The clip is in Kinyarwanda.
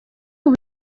ubu